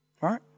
right